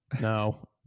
no